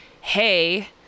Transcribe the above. hey